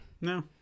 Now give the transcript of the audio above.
No